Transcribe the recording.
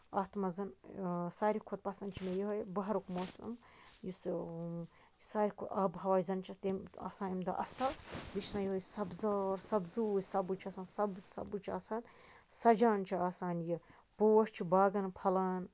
اَتھ منٛز ساروی کھۄتہٕ پسند چھُ مےٚ یِہوے بِہارُک موسَم یُس ساروی کھۄتہٕ آبو ہوا یُس زَن چھُ تِم آسان اَمہِ دۄہ اَصٕل بیٚیہِ چھُ آسان یِہوے سَبزار سَبزٕے سَبٔز چھُ آسان سبزٕے سَبٕز چھُ آسان سَجان چھُ آسان یہِ پوش چھُ باغَن پھلان